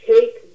Take